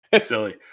silly